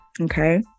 okay